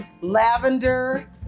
Lavender